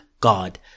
god